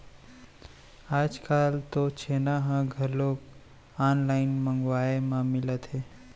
आजकाल तो छेना ह घलोक ऑनलाइन मंगवाए म मिलत हे